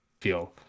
feel